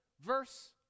verse